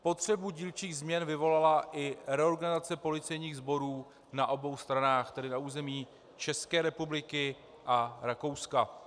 Potřebu dílčích změn vyvolala i reorganizace policejních sborů na obou stranách, tedy na území České republiky a Rakouska.